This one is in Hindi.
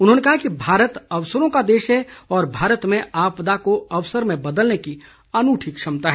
उन्होंने कहा कि भारत अवसरों का देश है और भारत में आपदा को अवसर में बदलने की अनूठी क्षमता है